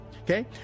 Okay